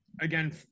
Again